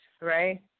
right